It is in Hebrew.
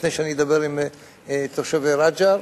לפני שאני אדבר עם תושבי רג'ר.